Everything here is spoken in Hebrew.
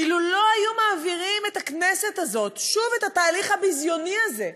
אילו לא היו מעבירים את הכנסת הזאת שוב את התהליך הביזיוני הזה,